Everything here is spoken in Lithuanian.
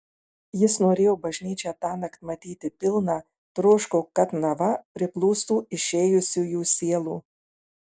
jis norėjo bažnyčią tąnakt matyti pilną troško kad nava priplūstų išėjusiųjų sielų